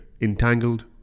entangled